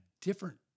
different